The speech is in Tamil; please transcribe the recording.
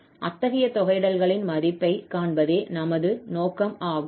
அத்தகைய தொகையிடல்களின் மதிப்பை காண்பதே நமது நோக்கம் ஆகும்